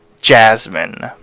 Jasmine